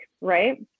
right